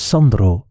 Sandro